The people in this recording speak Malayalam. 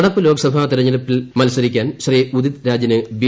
നടപ്പു ലോക്സഭാ തെരഞ്ഞെടുപ്പിൽ മത്സരിക്കാൻ ശ്രീ ഉദിത് രാജിന് ബി